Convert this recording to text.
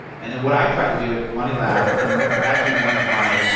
and then what i try to do at money lab, and well actually, one of my,